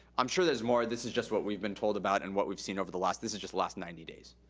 i'm sure there's more. this is just what we've been told about and what we've seen over the last, this is just the last ninety days.